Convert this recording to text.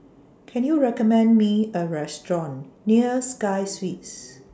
Can YOU recommend Me A Restaurant near Sky Suites